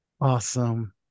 awesome